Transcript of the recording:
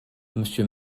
monsieur